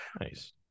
Nice